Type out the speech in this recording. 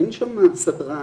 אין שם סדרן